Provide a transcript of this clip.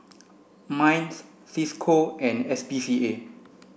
MINDS Cisco and S P C A